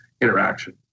interaction